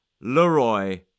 Leroy